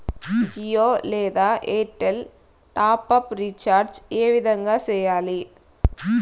జియో లేదా Airtel top up recharge ఏ విధంగా సేయాలి